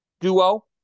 duo